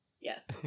Yes